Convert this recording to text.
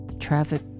traffic